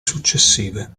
successive